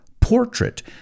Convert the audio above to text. portrait